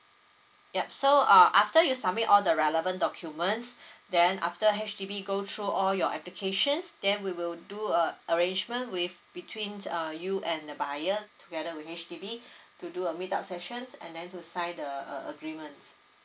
yup so uh after you submit all the relevant documents then after H_D_B go through all your applications then we will do uh arrangement with betweens uh you and the buyer together with H_D_B to do a meet up sessions and then to sign the err agreement